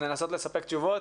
לנסות לספק תשובות.